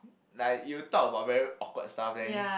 like you talk about very awkward stuff then